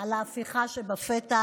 על ההפיכה שבפתח,